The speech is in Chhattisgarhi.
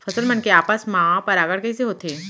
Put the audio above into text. फसल मन के आपस मा परागण कइसे होथे?